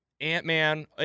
Ant-Man